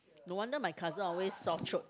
no wonder my cousin always sore throat